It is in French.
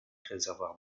réservoir